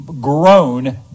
grown